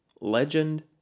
Legend